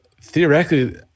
theoretically